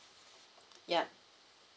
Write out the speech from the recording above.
ya